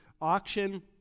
auction